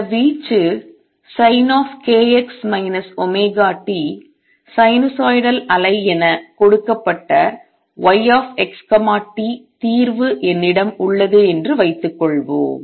சில வீச்சு Sinkx ωt sinusoidal அலை என கொடுக்கப்பட்ட y x t தீர்வு என்னிடம் உள்ளது என்று வைத்துக்கொள்வோம்